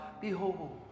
Behold